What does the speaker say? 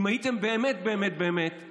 אם הייתם באמת באמת באמת,